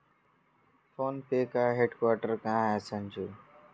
Phone पे का हेडक्वार्टर कहां है संजू?